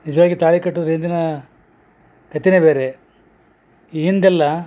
ನಿಜವಾಗಿ ತಾಳಿ ಕಟ್ಟುದ ಇದನ್ನ ಕತೆನೆ ಬೇರೆ ಹಿಂದೆಲ್ಲ